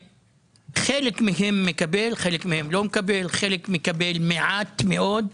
חלק מהם מקבל, חלקם לא מקבל, חלקם מקבל מעט מאוד,